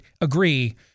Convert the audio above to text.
agree